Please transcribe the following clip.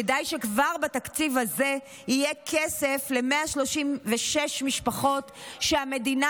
כדאי שכבר בתקציב הזה יהיה כסף ל-136 משפחות שהמדינה